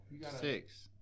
six